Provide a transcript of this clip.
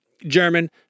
german